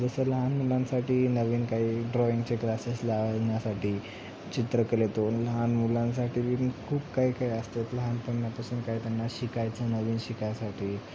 जसं लहान मुलांसाठी नवीन काही ड्रॉईंगचे क्लासेस लावण्यासाठी चित्रकलेतून लहान मुलांसाठी बी खूप काही काही असतात लहानपणापासून काय त्यांना शिकायचं नवीन शिकायसाठी